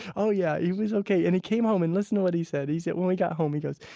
oh, yeah. he was ok. and he came home. and listen to what he said. he said, when we got home, he goes,